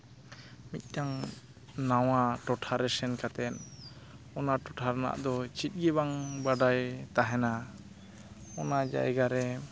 ᱢᱤᱫᱴᱟᱝ ᱱᱟᱣᱟ ᱴᱚᱴᱷᱟ ᱮ ᱥᱮᱱ ᱠᱟᱛᱮ ᱚᱱᱟ ᱴᱚᱴᱷᱟ ᱨᱮᱱᱟᱜ ᱫᱚ ᱪᱮᱫ ᱜᱮ ᱵᱟᱝ ᱵᱟᱰᱟᱭ ᱛᱟᱦᱮᱱᱟ ᱚᱱᱟ ᱡᱟᱭᱜᱟ ᱨᱮ